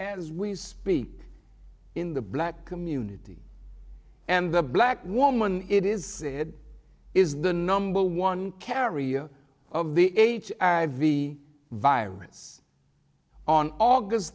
as we speak in the black community and the black woman it is said is the number one carrier of the h i v virus on august